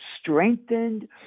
strengthened